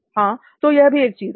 हां तो यह भी एक चीज है